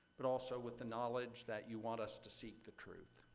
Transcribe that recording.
but also with the knowledge that you want us to seek the truth.